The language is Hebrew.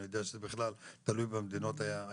אני יודע שזה בכלל תלוי במדינות היעד,